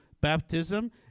baptism